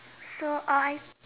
so uh I